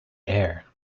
air